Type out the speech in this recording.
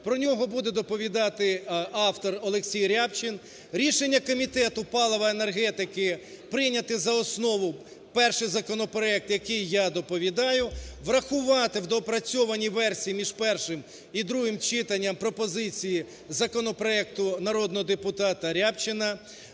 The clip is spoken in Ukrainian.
про нього буде доповідати автор ОлексійРябчин. Рішення Комітету палива і енергетики -прийняти за основу перший законопроект, який я доповідаю, врахувати в доопрацьованій версії між першим і другим читанням пропозиції законопроекту народного депутата Рябчина.